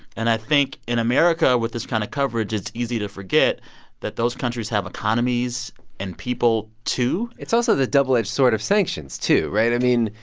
and i think in america, with this kind of coverage, it's easy to forget that those countries have economies and people, too it's also the double-edged sword of sanctions, too, right? i mean,